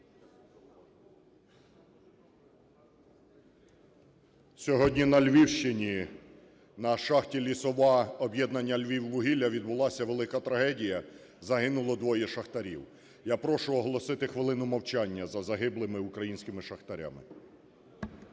Сьогодні на Львівщині на шахті "Лісова" об'єднання "Львіввугілля" відбулася велика трагедія - загинуло двоє шахтарів. Я прошу оголосити хвилину мовчання за загиблими українськими шахтарями.